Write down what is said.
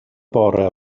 bore